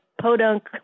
Podunk